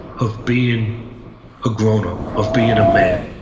of being a grownup, of being a man.